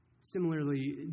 Similarly